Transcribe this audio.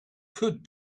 could